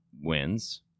wins